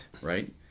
right